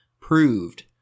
proved